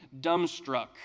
dumbstruck